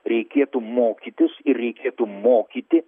reikėtų mokytis ir reikėtų mokyti